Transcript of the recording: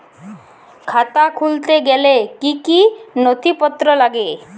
খাতা খুলতে গেলে কি কি নথিপত্র লাগে?